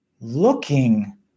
looking